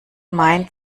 meint